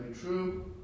true